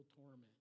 torment